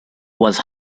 was